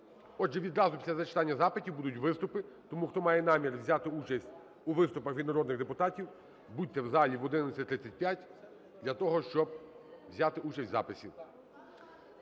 Отже, відразу після зачитання запитів будуть виступи. Тому, хто має намір взяти участь у виступах від народних депутатів, будьте в залі в 11:35, для того щоб взяти участь в записі.